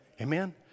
Amen